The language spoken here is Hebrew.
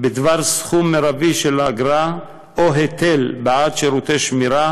בדבר הסכום המרבי של האגרה או ההיטל בעד שירותי שמירה,